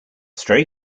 stray